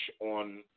on